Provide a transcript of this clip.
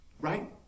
right